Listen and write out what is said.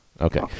Okay